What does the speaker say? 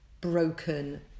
broken